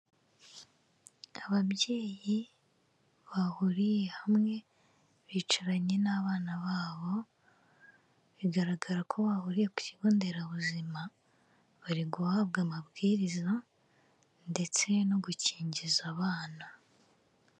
Ababyeyi bahuriye hamwe bicaranye n'abana babo, bigaragara ko bahuriye ku kigo nderabuzima bari guhabwa amabwiriza ndetse no gukingiza abana.